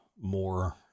more